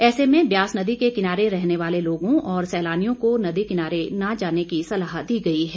ऐसे में ब्यास नदी के किनारे रहने वाले लोगों और सैलानियों को नदी किनारे न जाने की सलाह दी गई है